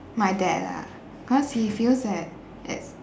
my dad ah cause he feels that it's